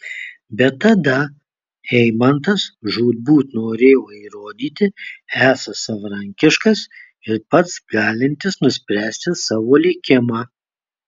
bet tada eimantas žūtbūt norėjo įrodyti esąs savarankiškas ir pats galintis nuspręsti savo likimą